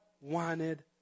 wanted